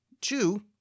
Two